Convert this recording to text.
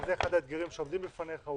וזה אחד האתגרים שעומדים בפניך.